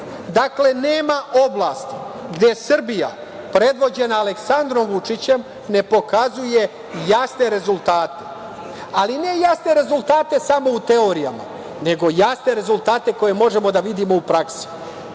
EU.Dakle, nema oblasti gde Srbija predvođena Aleksandrom Vučićem ne pokazuje jasne rezultate, ali ne jasne rezultate samo u teorijama, nego jasne rezultate koje možemo da vidimo u praksi. Hoćemo